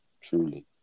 Truly